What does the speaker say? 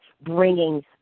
bringing